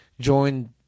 joined